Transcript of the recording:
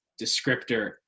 descriptor